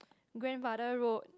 grandfather road